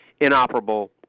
inoperable